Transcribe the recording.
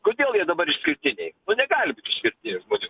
kodėl jie dabar išskirtiniai nu negali būt išskirtinių iš žmonių